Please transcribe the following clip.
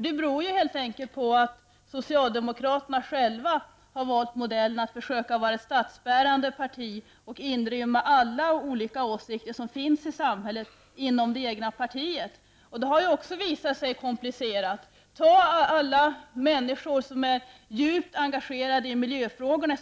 Det beror helt enkelt på att socialdemokraterna själva har valt modellen att försöka vara ett statsbärande parti och inrymma alla olika åsikter som finns i samhället inom det egna partiet. Det har också visat sig komplicerat. Ta som exempel alla människor inom socialdemokratin som är djupt engagerade i miljöfrågorna.